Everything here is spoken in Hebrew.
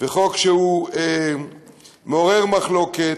חוק שמעורר מחלוקת,